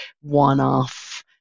one-off